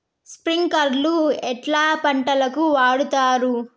స్ప్రింక్లర్లు ఎట్లా పంటలకు వాడుతారు?